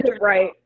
Right